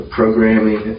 programming